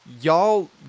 Y'all